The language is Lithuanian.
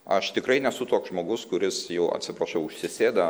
aš tikrai nesu toks žmogus kuris jau atsiprašau užsisėda